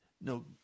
No